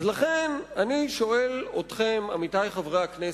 לכן אני שואל אתכם, חברי חברי הכנסת,